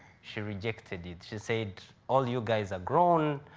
she rejected it. she said, all you guys are grown.